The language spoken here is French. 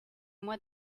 mois